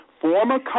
former